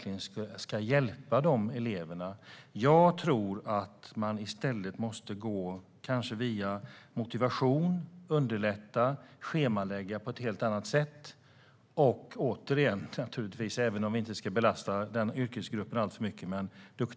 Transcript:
I stället måste man kanske gå via motivation och underlätta och schemalägga på ett helt annat sätt. Återigen handlar det även om duktiga studie och yrkesvägledare, även om vi inte ska belasta den yrkesgruppen alltför mycket.